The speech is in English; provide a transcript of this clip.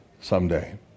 someday